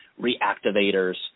reactivators